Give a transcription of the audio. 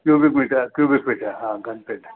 cubic metre cubic feet आहे हा घन फीट